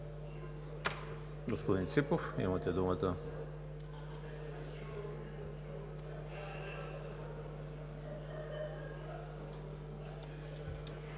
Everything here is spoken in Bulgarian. господин Ципов, имате думата.